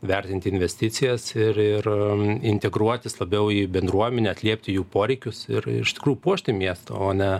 vertinti investicijas ir ir integruotis labiau į bendruomenę atliepti jų poreikius ir iš tikrųjų puošti miestą o ne